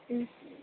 മ്മ്